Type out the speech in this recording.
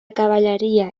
cavalleria